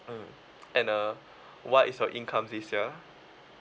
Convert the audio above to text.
mm and uh what is your income this year